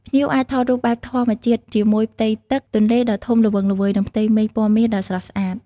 ភ្ញៀវអាចថតរូបបែបធម្មជាតិជាមួយផ្ទៃទឹកទន្លេដ៏ធំល្វឹងល្វើយ និងផ្ទៃមេឃពណ៌មាសដ៏ស្រស់ស្អាត។